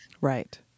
Right